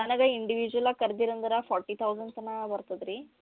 ನನಗೆ ಇಂಡಿವಿಜುವಲಾಗ್ ಕರ್ದಿರ ಅಂದ್ರ ಫೋರ್ಟಿ ತೌಝಂಡ್ ತನಾ ಬರ್ತದ ರೀ